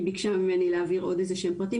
היא ביקשה ממני להעביר אליהם עוד איזה שהם פרטים